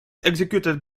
executed